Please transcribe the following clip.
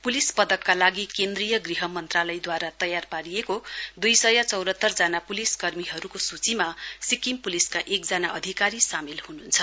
police पदकका निम्त केन्द्रीय गृह मन्त्रालयद्वारा तयार पारिएको दुई सय चौरत्तर जना पुलिस कर्मीहरूको सूचीमा सिक्किम पुलिसका एकजना अधिकारी सामेल हुनुहुन्छ